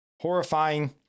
horrifying